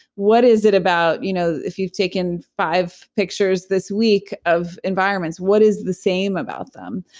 what is it about. you know if you've taken five pictures this week of environments, what is the same about them?